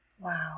Wow